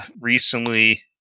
recently